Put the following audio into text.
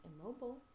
immobile